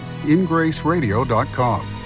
ingraceradio.com